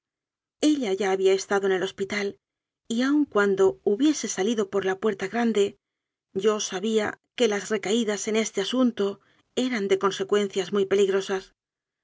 ya había estado en el hospital y aun cuando hubiese salido por la puerta grande yo sabía que las recaídas en este asunto eran de consecuencias muy peligrosas